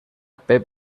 pep